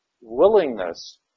willingness